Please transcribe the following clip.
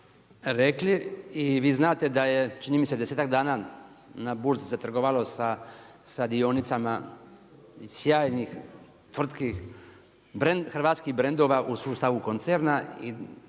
rekli, i vi znate da je čini mi se 10-tak dana na burzi se trgovalo sa dionicama i sjajnih tvrtki, brand, hrvatskih brandova u sustavu koncerna